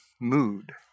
mood